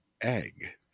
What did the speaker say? egg